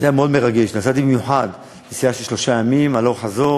כמדומני בחודש אדר,